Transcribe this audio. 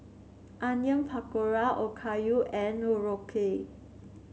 Onion Pakora Okayu and Korokke